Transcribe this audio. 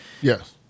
Yes